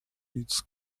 its